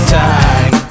time